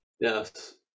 Yes